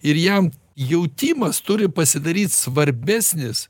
ir jam jautimas turi pasidaryt svarbesnis